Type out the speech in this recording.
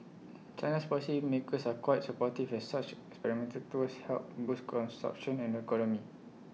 China's policy makers are quite supportive as such experiential tours help boost consumption and the economy